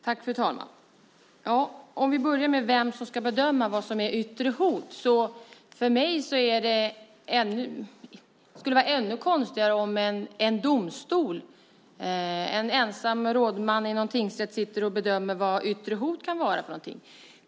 Fru talman! Om vi börjar med vem som ska bedöma vad som är yttre hot så skulle det vara ännu konstigare om en domstol, en ensam rådman i någon tingsrätt, satt och bedömde vad yttre hot kan vara för något.